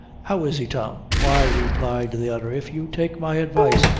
how is he, tom? why, replied the other, if you take my advice,